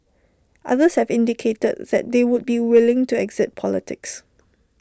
others have indicated that they would be willing to exit politics